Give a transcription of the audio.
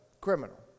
criminal